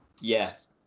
Yes